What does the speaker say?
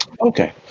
Okay